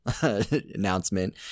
announcement